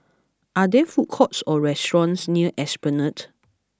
are there food courts or restaurants near Esplanade